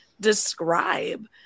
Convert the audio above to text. describe